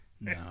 No